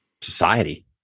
society